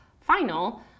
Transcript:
final